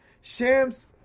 Sham's